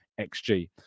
XG